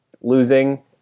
losing